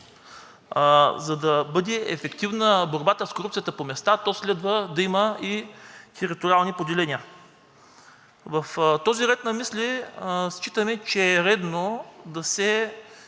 за да бъде ефективна борбата с корупцията по места, то следва да има и териториални поделения. В този ред на мисли считаме, че е редно да се